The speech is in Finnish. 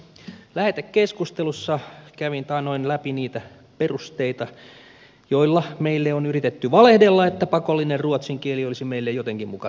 lähetekeskustelussa kävin taannoin läpi niitä perusteita joilla meille on yritetty valehdella että pakollinen ruotsin kieli olisi meille jotenkin muka tarpeellista